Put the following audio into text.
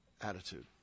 attitude